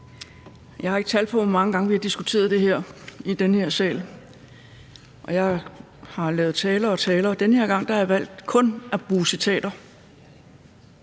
Jeg har ikke tal på, hvor mange gange vi har diskuteret det her i denne sal. Jeg har lavet taler og taler. Den her gang har jeg valgt kun at bruge citater.